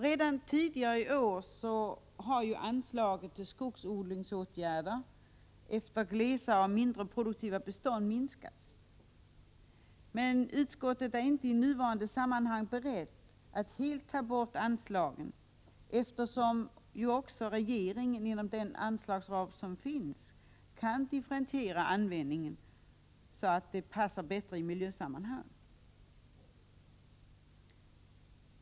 Redan tidigare i år har anslaget till skogsodlingsåtgärder efter glesare och mindre produktiva bestånd minskats, men utskottet är inte i nuvarande sammanhang berett att helt ta bort anslagen eftersom regeringen inom nuvarande anslagsram kan differentiera användningen så att det passar bättre i miljösammanhang.